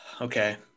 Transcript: Okay